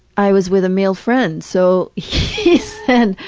i was with a male friend, so he said,